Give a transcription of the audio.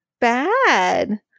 bad